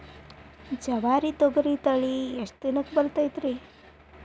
ಜವಾರಿ ತೊಗರಿ ತಳಿ ಎಷ್ಟ ದಿನಕ್ಕ ಬರತೈತ್ರಿ?